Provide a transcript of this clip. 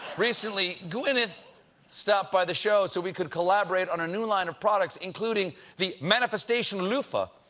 recently, gwyneth stopped by the show so we could collaborate on a new line of products, including the manifestation loofah,